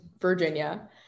Virginia